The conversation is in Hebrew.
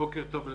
בוקר טוב.